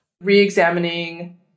re-examining